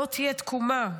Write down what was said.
לא תהיה תקומה.